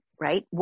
Right